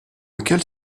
lequel